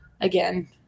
again